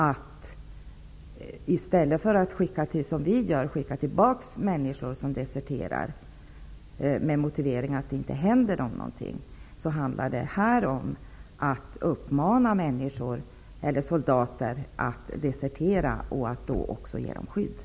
Det handlar om att uppmana soldater att desertera och att också ge dem skydd i stället för att göra som vi och skicka tillbaka dem med motiveringen att det inte händer dem någonting.